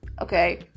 okay